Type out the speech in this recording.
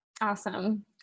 Awesome